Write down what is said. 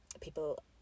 People